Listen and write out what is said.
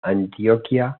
antioquia